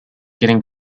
getting